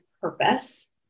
purpose